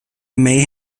may